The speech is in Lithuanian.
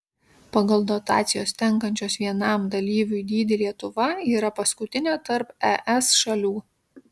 pagal dotacijos tenkančios vienam dalyviui dydį lietuva yra paskutinė tarp es šalių